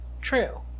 true